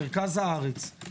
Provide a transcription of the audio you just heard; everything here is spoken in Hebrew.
מרכז הארץ,